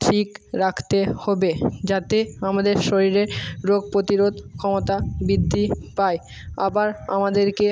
ঠিক রাখতে হবে যাতে আমাদের শরীরে রোগ প্রতিরোধ ক্ষমতা বৃদ্ধি পায় আবার আমাদেরকে